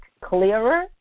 clearer